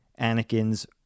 Anakin's